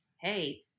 hey